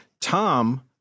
Tom